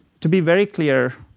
to be very clear,